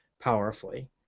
powerfully